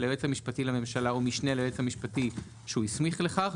היועץ המשפטי לממשלה או משנה ליועץ המשפטי שהוא הסמיך לכך,